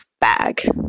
bag